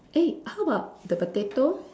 eh how about the potato